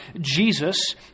Jesus